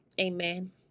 Amen